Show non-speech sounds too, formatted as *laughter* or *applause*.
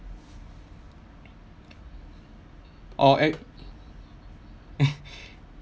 or act *laughs*